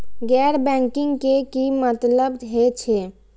गैर बैंकिंग के की मतलब हे छे?